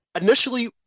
Initially